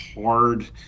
hard